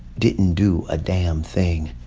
didn't do a damn thing.